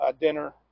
dinner